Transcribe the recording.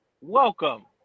Welcome